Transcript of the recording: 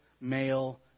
male